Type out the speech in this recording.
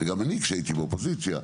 וגם אני כשהייתי באופוזיציה,